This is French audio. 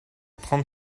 trente